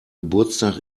geburtstag